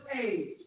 age